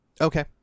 okay